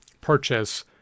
purchase